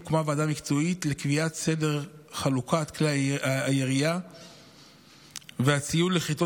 הוקמה ועדה מקצועית לקביעת סדר חלוקת כלי הירייה והציוד לכיתות